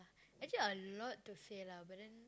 actually a lot to say lah but then